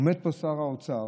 עומד פה שר האוצר